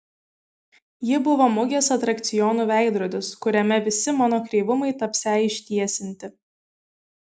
ji buvo mugės atrakcionų veidrodis kuriame visi mano kreivumai tapsią ištiesinti